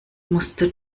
musste